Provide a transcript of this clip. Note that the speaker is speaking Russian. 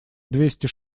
двести